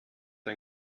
ein